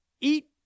eat